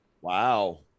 Wow